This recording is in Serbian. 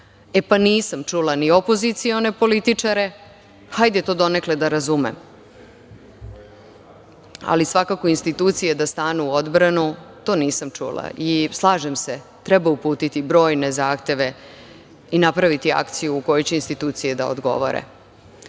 E, pa nisam čula ni opozicione političare, hajde to donekle da razumem, ali svakako institucije da stanu u odbranu, to nisam čula. Slažem se, treba uputiti brojne zahteve i napraviti akciju u kojoj će institucije da odgovore,